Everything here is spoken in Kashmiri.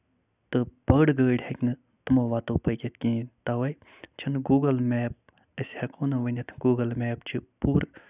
تہٕ بٔڑۍ گٲڈۍ ہٮ۪کہِ نہٕ تِمَو وَتو پٔکِتھ کِہیٖنۍ تَوے چھُنہٕ گوٗگٔل میپ أسۍ ہٮ۪کَو نہ ؤنِتھ گوٗگٔل میپ چھُ پوٗرٕ